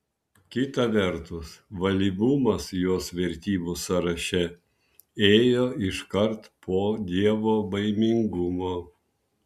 kita vertus valyvumas jos vertybių sąraše ėjo iškart po dievobaimingumo